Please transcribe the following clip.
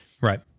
Right